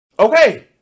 Okay